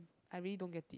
I really don't get it